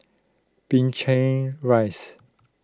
Binchang Rise